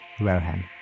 Rohan